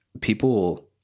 People